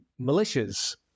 militias